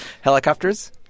helicopters